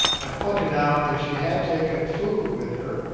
i pointed out that she had taken food with her,